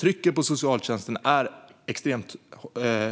Trycket på socialtjänsten är extremt